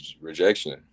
rejection